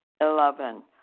Eleven